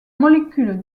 molécule